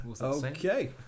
Okay